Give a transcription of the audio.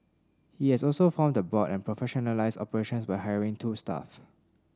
he has also formed the board and professionalised operations by hiring two staff